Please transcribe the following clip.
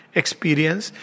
experience।